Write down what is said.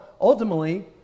ultimately